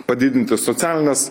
padidinti socialines